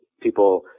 people